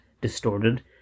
distorted